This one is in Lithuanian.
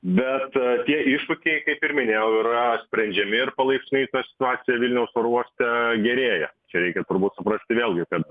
bet tie iššūkiai kaip ir minėjau yra sprendžiami ir palaipsniui ta situacija vilniaus oro uoste gerėja čia reikia turbūt suprasti vėlgi kad